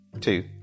two